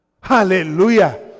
Hallelujah